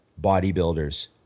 bodybuilders